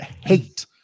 hate